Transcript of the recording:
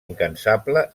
incansable